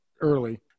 early